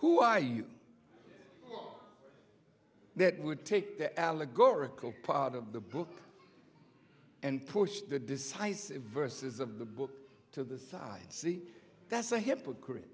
that would take the allegorical part of the book and push the decisive verses of the book to the side see that's a hypocrite